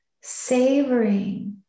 savoring